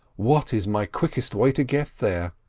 what is my quickest way to get there?